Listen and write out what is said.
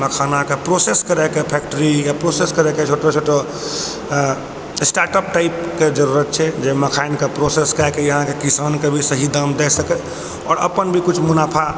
मखाना के प्रोसेस करै के फैक्ट्री या प्रोसेस करै के छोटो छोटो अऽ स्टार्टअप टाइप के जरूरत छै जे मखान के प्रोसेस कए कऽ इहाँ के किसान के भी सही दाम दय सकै आओर अपन भी कुछ मुनाफा